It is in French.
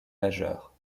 majeure